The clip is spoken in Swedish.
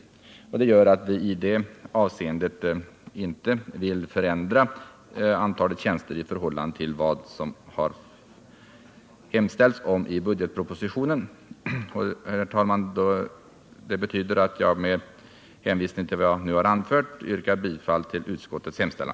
Det gör att vi i det här avseendet inte vill ha någon ändring av tjänsternas antal i förhållande till vad som föreslagits i budgetpropositionen, och jag ber med hänvisning till vad jag nu anfört att få yrka bifall till utskottets hemställan.